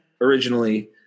originally